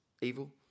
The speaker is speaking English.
evil